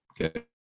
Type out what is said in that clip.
Okay